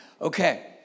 Okay